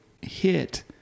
hit